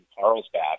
Carlsbad